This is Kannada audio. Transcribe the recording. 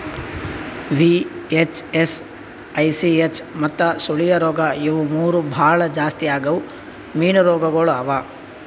ವಿ.ಹೆಚ್.ಎಸ್, ಐ.ಸಿ.ಹೆಚ್ ಮತ್ತ ಸುಳಿಯ ರೋಗ ಇವು ಮೂರು ಭಾಳ ಜಾಸ್ತಿ ಆಗವ್ ಮೀನು ರೋಗಗೊಳ್ ಅವಾ